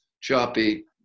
choppy